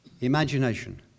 imagination